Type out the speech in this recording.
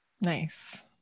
Nice